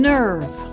Nerve